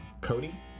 Cody